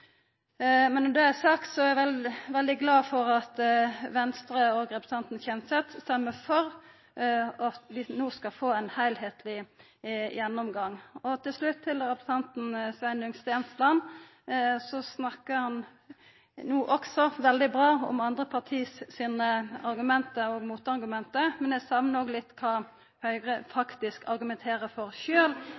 Men når det er sagt, er eg veldig glad for at Venstre og representanten Kjenseth stemmer for at vi no skal få ein heilskapleg gjennomgang. Til slutt, til representanten Sveinung Stensland: Han snakka no også veldig bra om andre parti sine argument og motargument, men eg saknar litt kva Høgre faktisk argumenterer for